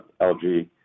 lg